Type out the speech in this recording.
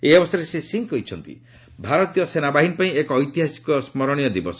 ଏହି ଅବସରରେ ଶ୍ରୀ ସିଂହ କହିଛନ୍ତି ଭାରତୀୟ ସେନାବାହିନୀ ପାଇଁ ଏକ ଐତିହାସିକ ଓ ସୁରଣୀୟ ଦିବସ